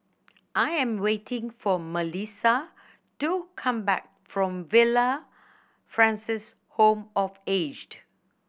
I am waiting for Milissa to come back from Villa Francis Home for The Aged